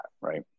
right